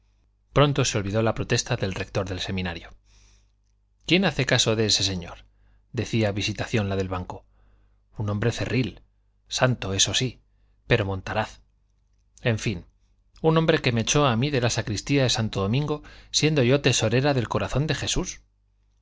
pronto se olvidó la protesta del rector del seminario quién hace caso de ese señor decía visitación la del banco un hombre cerril santo eso sí pero montaraz en fin un hombre que me echó a mí de la sacristía de santo domingo siendo yo tesorera del corazón de jesús